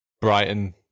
brighton